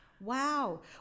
wow